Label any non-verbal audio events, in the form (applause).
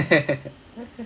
(laughs)